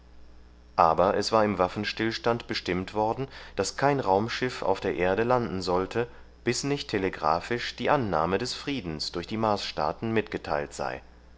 aber es war im waffenstillstand bestimmt worden daß kein raumschiff auf der erde landen sollte bis nicht telegraphisch die annahme des friedens durch die marsstaaten mitgeteilt sei